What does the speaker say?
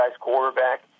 quarterback